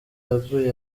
yaguye